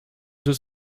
deux